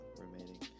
remaining